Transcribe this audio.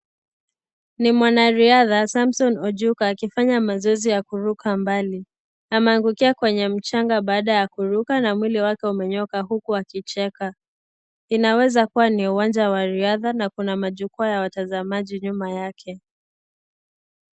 N i mwanariadha Samson Ochuka akifanya mazoezi ya kuruka mbali a ameangukia kwenye mchanga baada ya kuruka na mwili wake umenyooka huku akicheka inaweza kuwa ni uwanja wa riadha na kuna jukwaa la watazamaji nyuma yake.